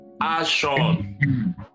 action